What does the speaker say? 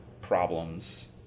problems